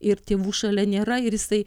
ir tėvų šalia nėra ir jisai